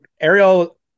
Ariel